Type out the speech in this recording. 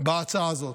בהצעה הזאת.